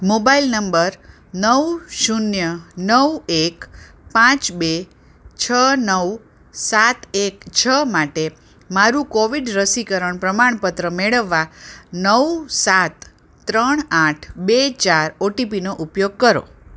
mobile number નવ શૂન્ય નવ એક પાંચ બે છ નવ સાત એક છ માટે મારું કોવિડ રસીકરણ પ્રમાણપત્ર મેળવવા નવ સાત ત્રણ આઠ બે ચાર ઓટીપીનો ઉપયોગ કરો